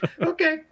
Okay